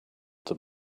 them